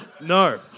No